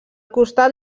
costat